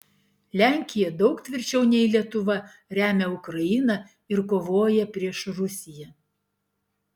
lenkija daug tvirčiau nei lietuva remia ukrainą ir kovoja prieš rusiją